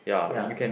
ya